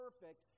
perfect